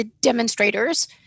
demonstrators